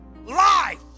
Life